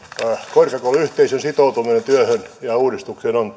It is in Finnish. korkeakouluyhteisön sitoutuminen työhön ja uudistukseen on